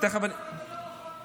הדרכון הצרפתי לא פחות טוב.